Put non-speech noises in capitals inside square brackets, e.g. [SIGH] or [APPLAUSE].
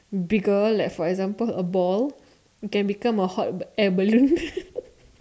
bigger like for example a ball it can become a hot air balloon [LAUGHS]